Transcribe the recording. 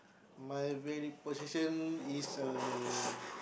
my very position is a